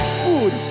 food